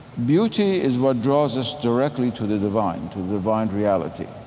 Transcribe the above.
beauty is what draws us directly to the divine, to divine reality.